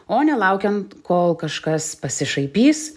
o nelaukiant kol kažkas pasišaipys